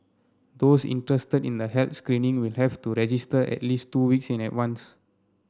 those interested in the health screening will have to register at least two weeks in advance